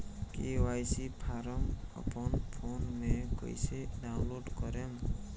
KYC form अपना phone मे कइसे डाऊनलोड करेम?